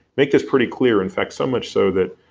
make this pretty clear in fact, so much so that